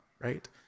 right